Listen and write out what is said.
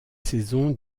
saison